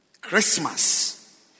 Christmas